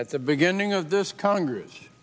at the beginning of this congress